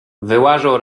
wyłażą